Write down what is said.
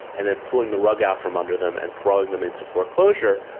and then pulling the rug out from under them and throwing them into foreclosure,